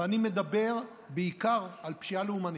ואני מדבר בעיקר על פשיעה לאומנית.